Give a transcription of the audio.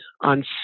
on